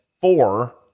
four